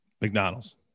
mcdonald's